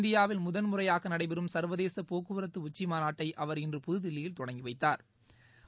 இந்தியாவில் முதன் முறையாகநடைபெறும் சா்வதேசபோக்குவரத்துஉச்சிமாநாட்டைஅவா் இன்று புதுதில்லியில் தொடங்கிவைத்தாா்